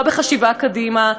לא בחשיבה קדימה,